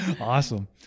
Awesome